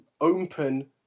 open